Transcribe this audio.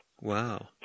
Wow